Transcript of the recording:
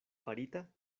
farita